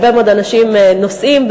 הרבה מאוד אנשים נוסעים.